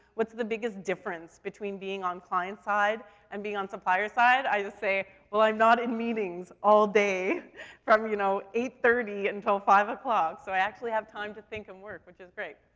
what's the biggest difference between being on client side and being on supplier side? i just say, well i'm not in meetings all day from, you know, eight thirty until five o'clock. so i actually have time to think and work, which is great.